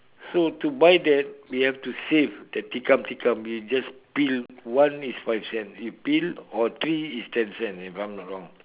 so to buy that we have to save that tikam tikam we just peel one is five cents you peel or three is ten cents if I'm not wrong